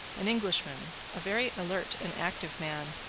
an englishman, a very alert and active man,